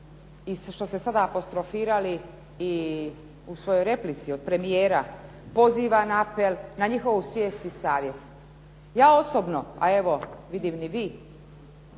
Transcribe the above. što ste sada apostrofirali i u svojoj replici o premijeru, poziva na apel, na njihovu svijest i savjest. Ja osobno, a evo vidim ni vi,